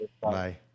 Bye